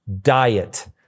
diet